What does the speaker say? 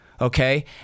Okay